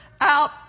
out